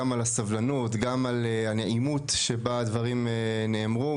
גם על הסבלנות וגם על הנעימות שבה הדברים נאמרו.